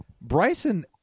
Bryson –